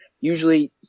usually